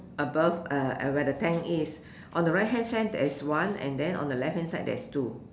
above where the tank is on the right hand side there is one and then on the left hand side there is two